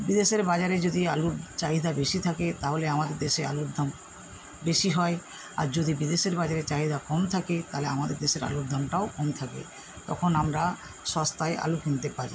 বিদেশের বাজারে যদি আলুর চাহিদা বেশী থাকে তাহলে আমাদের দেশে আলুর দাম বেশী হয় আর যদি বিদেশের বাজারে চাহিদা কম থাকে তাহলে আমাদের দেশে আলুর দামটাও কম থাকে তখন আমরা সস্তায় আলু কিনতে পারি